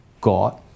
God